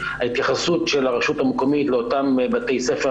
ההתייחסות של הרשות המקומית לאותם בתי ספר